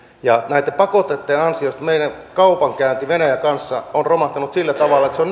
ja näiden pakotteiden ansiosta meidän kaupankäynti venäjän kanssa on romahtanut sillä tavalla että se on